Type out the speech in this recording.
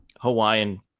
Hawaiian